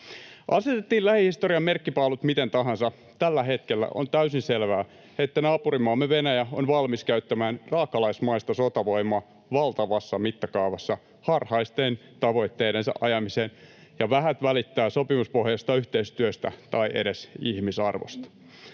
Asetettiin lähihistorian merkkipaalut miten tahansa, tällä hetkellä on täysin selvää, että naapurimaamme Venäjä on valmis käyttämään raakalaismaista sotavoimaa valtavassa mittakaavassa harhaisten tavoitteidensa ajamiseen ja vähät välittää sopimuspohjaisesta yhteistyöstä tai edes ihmisarvosta.